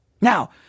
Now